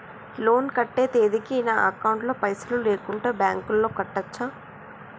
Loan కట్టే తేదీకి నా అకౌంట్ లో పైసలు లేకుంటే బ్యాంకులో కట్టచ్చా?